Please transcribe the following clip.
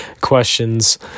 questions